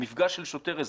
מפגש של שוטר-אזרח,